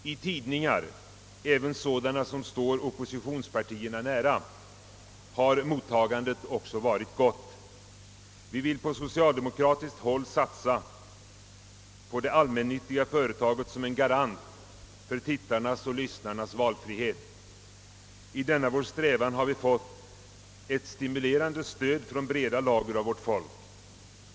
I tidningar, även sådana som står oppositionspartierna nära, har mottagan det också varit gott. Vi vill på socialdemokratiskt håll satsa på det allmännyttiga företaget som en garant för tittarnas och lyssnarnas valfrihet. I denna vår strävan har vi fått ett stimulerande stöd från breda lager av vårt folk.